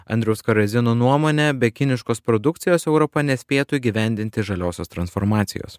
andriaus karazino nuomone be kiniškos produkcijos europa nespėtų įgyvendinti žaliosios transformacijos